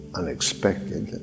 unexpected